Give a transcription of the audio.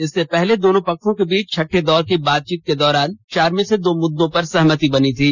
इससे पहले दोनों पक्षों के बीच छठे दौर की बातचीत के दौरान चार में से दो मुद्दों पर सहमति बनी थी